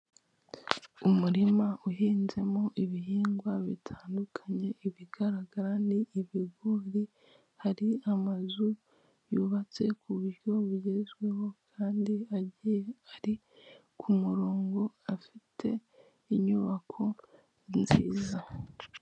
Umurima uhinzemo ibihingwa bitandukanye ibigaragara ni ibigori hari amazu yubatse ku buryo bugezweho kandi agiye ari ku murongo afite inyubako nziza.